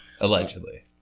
Allegedly